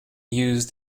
use